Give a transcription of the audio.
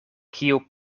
kiu